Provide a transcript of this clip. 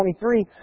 23